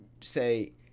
say